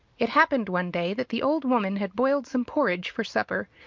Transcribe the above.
it happened one day that the old woman had boiled some porridge for supper,